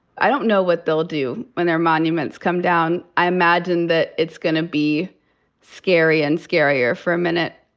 i don't know what they'll do when their monuments come down. i imagine that it's gonna be scary and scarier for a minute.